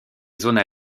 zones